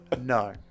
No